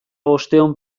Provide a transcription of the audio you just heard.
bostehun